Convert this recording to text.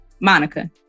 Monica